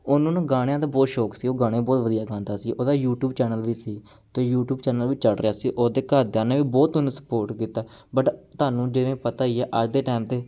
ਉਹਨੂੰ ਨਾ ਗਾਣਿਆਂ ਦਾ ਬਹੁਤ ਸ਼ੌਕ ਸੀ ਉਹ ਗਾਣੇ ਬਹੁਤ ਵਧੀਆ ਗਾਉਂਦਾ ਸੀ ਉਹਦਾ ਯੂਟੀਊਬ ਚੈਨਲ ਵੀ ਸੀ ਅਤੇ ਯੂਟੀਊਬ ਚੈਨਲ ਵੀ ਚੱਲ ਰਿਹਾ ਸੀ ਉਹਦੇ ਘਰਦਿਆਂ ਨੇ ਵੀ ਬਹੁਤ ਉਹਨੂੰ ਸਪੋਰਟ ਕੀਤਾ ਬਟ ਤੁਹਾਨੂੰ ਜਿਵੇਂ ਪਤਾ ਹੀ ਆ ਅੱਜ ਦੇ ਟਾਈਮ 'ਤੇ